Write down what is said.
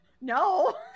No